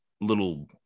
little